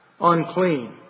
Unclean